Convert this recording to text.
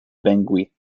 bangui